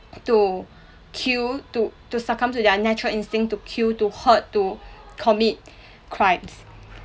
to kill to to succumb to their natural instinct to kill to hurt to commit crimes